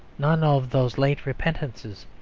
none of those late repentances,